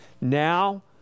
Now